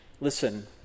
listen